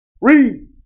Read